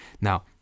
Now